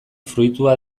fruitua